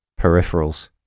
peripherals